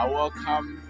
Welcome